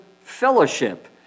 Fellowship